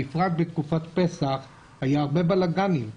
בפרט בתקופת פסח היה הרבה בלגן,